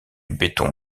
béton